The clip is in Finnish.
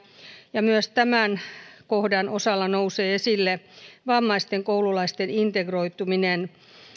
ja myös tämän kohdan osalta nousee esille vammaisten koululaisten integroituminen